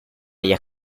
ellas